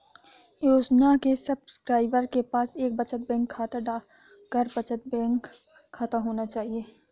योजना के सब्सक्राइबर के पास एक बचत बैंक खाता, डाकघर बचत बैंक खाता होना चाहिए